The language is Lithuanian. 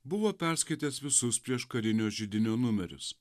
buvo perskaitęs visus prieškarinio židinio numerius